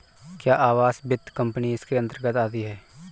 क्या आवास वित्त कंपनी इसके अन्तर्गत आती है?